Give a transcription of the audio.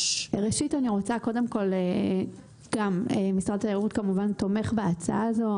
משרד התיירות, כמובן, תומך בהצעה הזו.